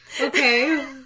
Okay